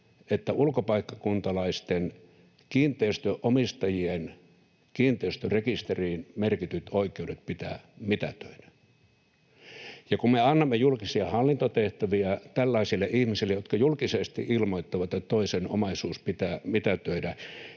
että ulkopaikkakuntalaisten kiinteistönomistajien kiinteistörekisteriin merkityt oikeudet pitää mitätöidä. Kun me annamme julkisia hallintotehtäviä tällaisille ihmisille, jotka julkisesti ilmoittavat, että toisen omaisuus pitää mitätöidä,